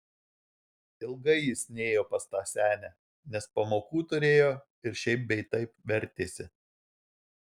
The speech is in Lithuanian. ilgai jis nėjo pas tą senę nes pamokų turėjo ir šiaip bei taip vertėsi